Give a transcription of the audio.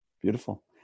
Beautiful